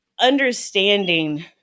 understanding